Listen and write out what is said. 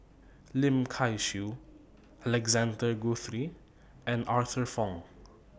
Lim Kay Siu Alexander Guthrie and Arthur Fong